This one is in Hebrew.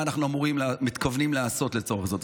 מה אנחנו מתכוונים לעשות לצורך זאת.